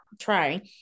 try